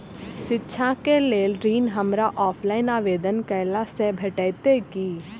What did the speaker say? शिक्षा केँ लेल ऋण, हमरा ऑफलाइन आवेदन कैला सँ भेटतय की?